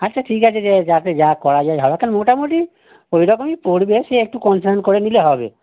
আচ্ছা ঠিক আছে যে যাতে যা করা যায় ভালো কারণ মোটামুটি ওরকমই পড়বে সে একটু কম সম করে নিলে হবে